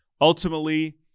ultimately